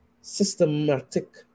systematic